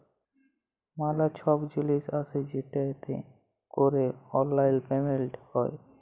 ম্যালা ছব জিলিস আসে যেটতে ক্যরে অললাইল পেমেলট হ্যয়